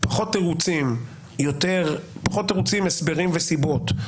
פחות מעניינים תירוצים, הסברים וסיבות,